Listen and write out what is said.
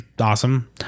awesome